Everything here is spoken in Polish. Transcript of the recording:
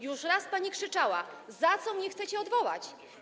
Już raz pani krzyczała: za co mnie chcecie odwołać!